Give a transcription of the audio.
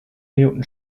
minuten